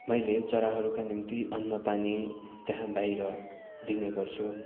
मैले चराहरूका निम्ति अन्न पानी त्यहाँ बाहिर दिने गर्छु